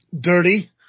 Dirty